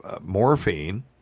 morphine